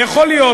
ויכול להיות,